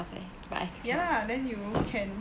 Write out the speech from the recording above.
ya lah then you can